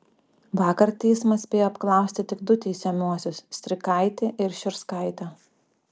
vakar teismas spėjo apklausti tik du teisiamuosius strikaitį ir šiurskaitę